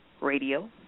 radio